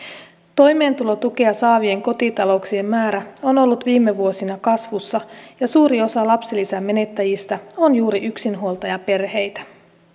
toimeentulotukea saavien kotitalouksien määrä on ollut viime vuosina kasvussa ja suuri osa lapsilisän menettäjistä on juuri yksinhuoltajaperheitä